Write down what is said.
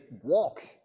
walk